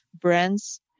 brands